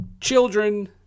children